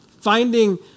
Finding